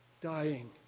Dying